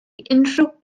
unrhyw